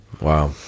Wow